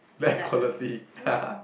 bad quality